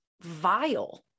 vile